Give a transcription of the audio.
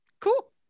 Cool